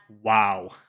wow